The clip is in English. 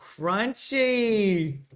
Crunchy